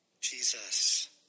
Jesus